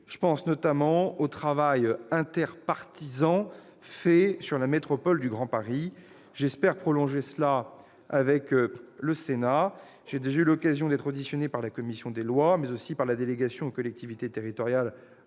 Je pense ainsi au travail inter-partisan mené sur la métropole du Grand Paris. J'espère prolonger ce travail avec le Sénat. J'ai déjà eu l'occasion d'être auditionné par la commission des lois, mais aussi par la délégation aux collectivités territoriales